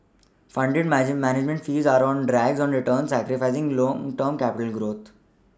fonder manage management fees are on black on returns sacrificing long dorm capital